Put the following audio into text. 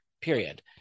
period